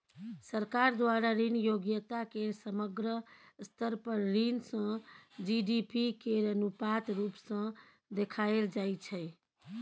सरकार द्वारा ऋण योग्यता केर समग्र स्तर पर ऋण सँ जी.डी.पी केर अनुपात रुप सँ देखाएल जाइ छै